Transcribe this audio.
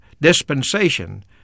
dispensation